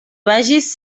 vagis